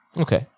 Okay